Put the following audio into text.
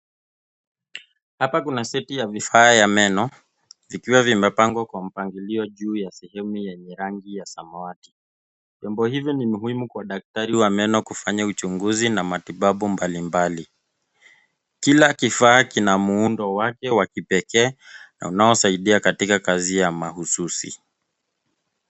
Hapa kuna seti ya vifaa ya meno vikiwa vimepangwa kwa mpangilio juu ya sehemu yenye rangi ya samawati. Vyombo hivi ni muhimu kwa daktari wa meno kufanya uchunguzi na matibabu mbalimbali. Kila kifaa kina muundo wake wa kipekee na unaosaidia katika kazi ya mahususi.